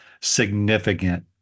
significant